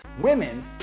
Women